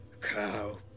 cow